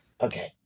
Okay